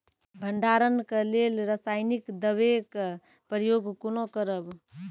भंडारणक लेल रासायनिक दवेक प्रयोग कुना करव?